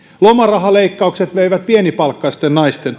lomarahaleik kaukset veivät pienipalkkaisten naisten